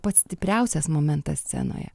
pats stipriausias momentas scenoje